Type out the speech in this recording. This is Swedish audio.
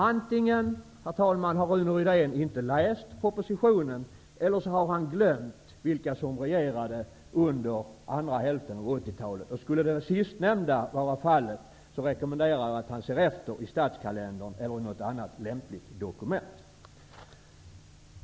Antingen har Rune Rydén inte läst propositionen, eller också har han glömt vilka som regerade under andra hälften av 1980-talet. Skulle det sistnämnda vara fallet, rekommenderar jag att han tittar efter i statskalendern eller något annat lämpligt dokument.